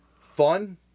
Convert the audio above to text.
Fun